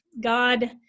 God